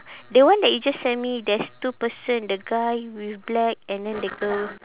that one that you just sent me there's two person the guy with black and then the girl